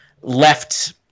left